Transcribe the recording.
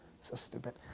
so stupid.